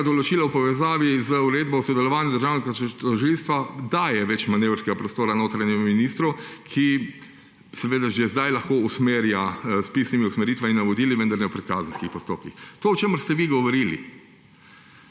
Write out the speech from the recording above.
tega določila v povezavi z uredbo o sodelovanju državnega tožilstva daje več manevrskega prostora notranjemu ministru, ki že zdaj lahko usmerja s pisnimi usmeritvami in navodili, vendar ne v predkazenskih postopkih. To, o čemer ste vi govorili,